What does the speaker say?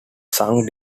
sung